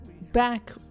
Back